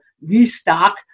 restock